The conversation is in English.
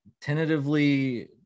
tentatively